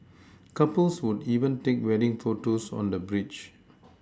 couples would even take wedding photos on the bridge